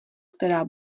která